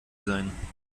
sein